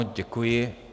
Děkuji.